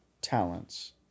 talents